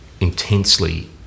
intensely